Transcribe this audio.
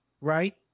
right